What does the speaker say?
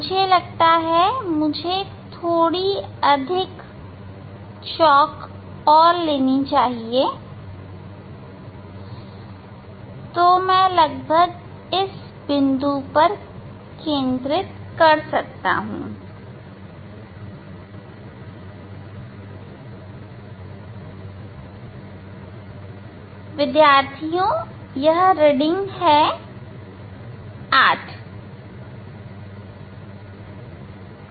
मुझे लगता है मुझे थोड़ी अधिक चाक डस्ट और लेनी चाहिए मैं लगभग इस बिंदु पर केंद्रित कर सकता हूं विद्यार्थियों यह रीडिंग 8 है